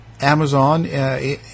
Amazon